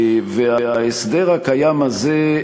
וההסדר הקיים הזה,